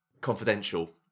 Confidential